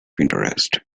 interest